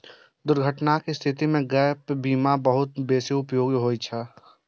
दुर्घटनाक स्थिति मे गैप बीमा बहुत बेसी उपयोगी होइ छै